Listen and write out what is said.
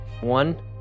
One